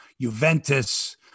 Juventus